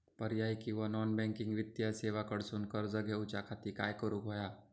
पर्यायी किंवा non banking वित्तीय सेवा कडसून कर्ज घेऊच्या खाती काय करुक होया?